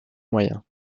moyens